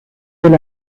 del